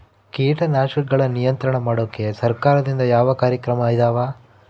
ಕೇಟನಾಶಕಗಳ ನಿಯಂತ್ರಣ ಮಾಡೋಕೆ ಸರಕಾರದಿಂದ ಯಾವ ಕಾರ್ಯಕ್ರಮ ಇದಾವ?